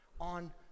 on